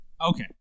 Okay